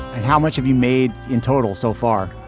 how much have you made in total so far?